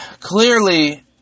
clearly